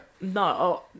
no